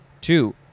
Two